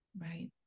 right